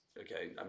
Okay